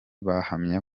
bahamya